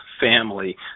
family